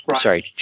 sorry